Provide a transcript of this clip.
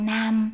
Nam